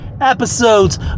episodes